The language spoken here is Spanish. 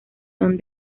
son